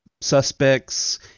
suspects